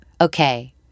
Okay